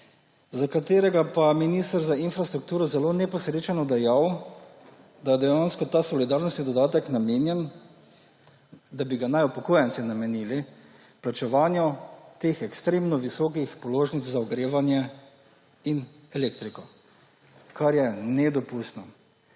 za katerega pa je minister za infrastrukturo zelo neposrečeno dejal, da naj bi ta solidarnostni dodatek upokojenci namenili plačevanju teh ekstremno visokih položnic za ogrevanje in elektriko, kar je nedopustno.